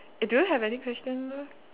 do you have any question left